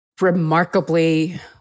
Remarkably